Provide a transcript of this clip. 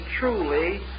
truly